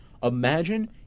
Imagine